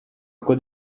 could